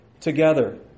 together